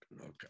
Okay